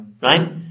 right